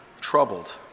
troubled